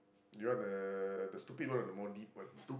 do you want the the stupid ones or the more deep ones